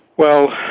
well,